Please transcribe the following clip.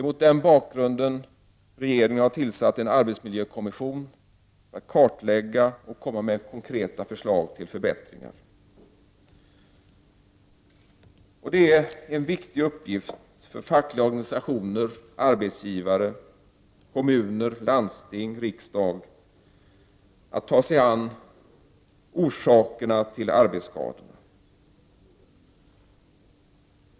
Mot den bakgrunden har regeringen tillsatt en arbetsmiljökommission för att kartlägga de sämsta arbetsmiljöerna och komma med konkreta förslag till förbättringar. Det är en viktig uppgift för fackliga organisationer, arbetsgivare, kommuner, landsting och riksdag att utreda orsakerna till arbetsskador.